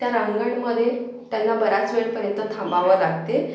त्या रांगांमध्ये त्यांना बराच वेळपर्यंत थांबावं लागते